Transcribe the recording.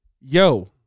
yo